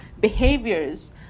behaviors